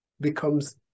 becomes